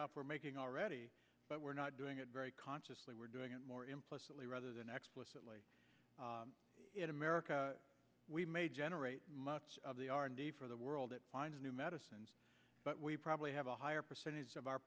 off we're making already but we're not doing it very consciously we're doing it more implicitly rather than explosively in america we may generate much for the world it finds new medicines but we probably have a higher percentage of our